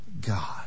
God